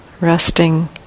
Resting